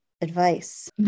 advice